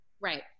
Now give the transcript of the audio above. Right